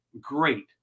great